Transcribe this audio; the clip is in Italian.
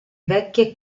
vecchie